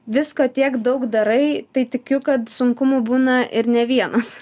visko tiek daug darai tai tikiu kad sunkumų būna ne vienas